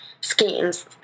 schemes